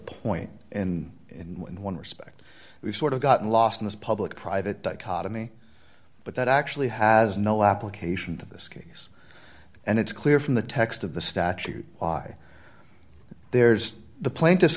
point in in one respect we've sort of gotten lost in this public private dichotomy but that actually has no application to this case and it's clear from the text of the statute why there's the plaintiff